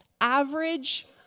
average